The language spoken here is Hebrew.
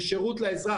לשירות לאזרח.